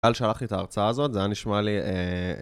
טל שלח לי את ההרצאה הזאת, זה היה נשמע לי...